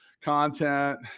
content